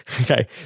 Okay